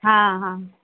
हा हा